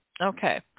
Okay